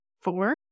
four